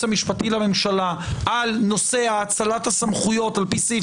המשפטי לממשלה על נושא האצלת הסמכויות על פי סעיף